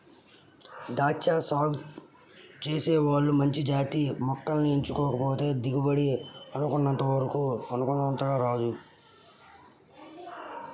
దాచ్చా సాగు చేసే వాళ్ళు మంచి జాతి మొక్కల్ని ఎంచుకోకపోతే దిగుబడి అనుకున్నంతగా రాదు